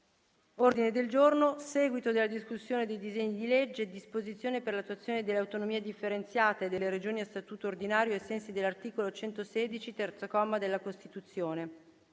Senato, in sede di discussione del disegno di legge recante "Disposizioni per l'attuazione dell'autonomia differenziata delle Regioni a statuto ordinario ai sensi dell'articolo 116, terzo comma, della Costituzione",